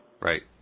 Right